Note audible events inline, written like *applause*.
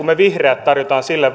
*unintelligible* me vihreät tarjoamme sille *unintelligible*